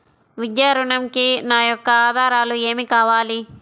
విద్యా ఋణంకి నా యొక్క ఆధారాలు ఏమి కావాలి?